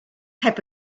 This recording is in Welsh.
heb